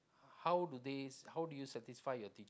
how do they how do you satisfy your team